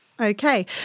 Okay